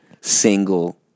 single